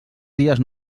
dies